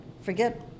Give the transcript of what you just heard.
forget